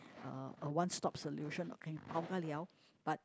uh a one stop solution can pau-ka-liao but